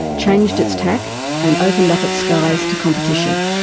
changed its tack and opened up its skies to competition,